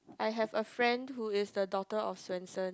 I have a friend who is the daughter of Swensen